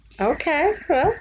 Okay